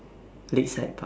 Lakeside Park